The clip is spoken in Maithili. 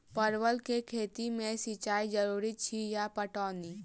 परवल केँ खेती मे सिंचाई जरूरी अछि या पटौनी?